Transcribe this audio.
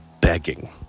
begging